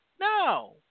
No